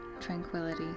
Tranquility